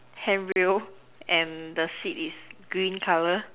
hand rail and the seat is green colour